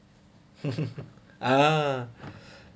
ah